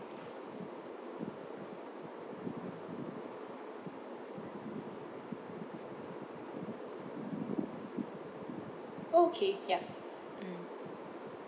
okay ya mm